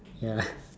ya